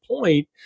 point